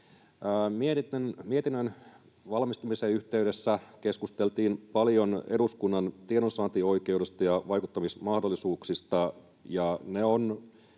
Mietinnön valmistumisen yhteydessä keskusteltiin paljon eduskunnan tiedonsaantioikeudesta ja vaikuttamismahdollisuuksista.